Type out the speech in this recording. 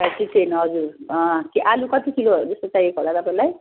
five to ten हजुर आलु कति किलोहरू जस्तो चाहिएको होला तपाईँलाई